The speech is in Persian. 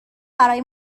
برای